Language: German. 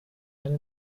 ein